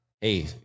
hey